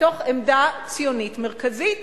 מתוך עמדה ציונית מרכזית,